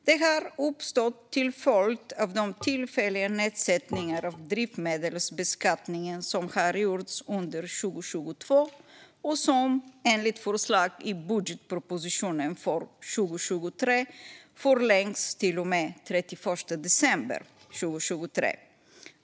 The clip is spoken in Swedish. Den har uppstått till följd av de tillfälliga nedsättningar av drivmedelsbeskattningen som har gjorts under 2022 och som, enligt förslag i budgetpropositionen för 2023, förlängs till och med den 31 december 2023.